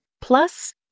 plus